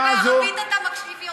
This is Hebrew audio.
אני מקווה שבערבית אתה מקשיב יותר.